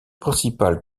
principal